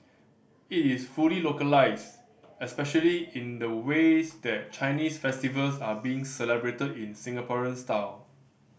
it is fully localised especially in the ways that Chinese festivals are being celebrated in Singaporean style